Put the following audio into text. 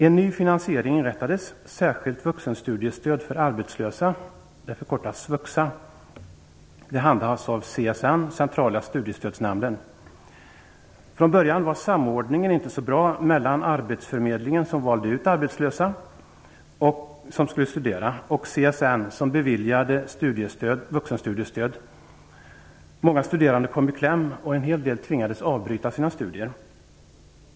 En ny finansiering inrättades, särskilt vuxenstudiestöd för arbetslösa, SVUXA, som handhas av Centrala studiestödsnämnden, CSN. Från början var samordningen inte så bra mellan arbetsförmedlingen, som valde ut arbetslösa som skulle studera, och CSN som beviljade vuxenstudiestöd. Många studerande kom i kläm och tvingades avbryta sina studier.